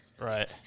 Right